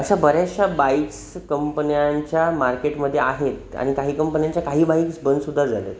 अशा बऱ्याचशा बाईक्स कंपन्यांच्या मार्केटमध्ये आहेत आणि काही कंपन्यांच्या काही बाईक्स बंद सुद्धा झाल्या आहेत